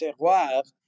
terroir